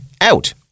out